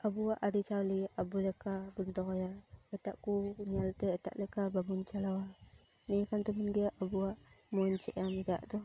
ᱟᱵᱚᱣᱟᱜ ᱟᱨᱤᱪᱟᱞᱤ ᱟᱵᱚ ᱞᱮᱠᱟ ᱵᱚᱱ ᱫᱚᱦᱚᱭᱟ ᱮᱴᱟᱜ ᱠᱚ ᱧᱮᱞ ᱛᱮ ᱮᱴᱟᱜ ᱞᱮᱠᱟ ᱵᱟᱵᱚᱱ ᱪᱟᱞᱟᱣᱟ ᱱᱤᱭᱟᱹ ᱠᱟᱱ ᱛᱟᱵᱚᱱ ᱜᱮᱭᱟ ᱟᱵᱚᱣᱟᱜ ᱢᱚᱸᱡᱽ ᱮᱢ ᱨᱮᱭᱟᱜ ᱫᱚ